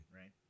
Right